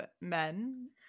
men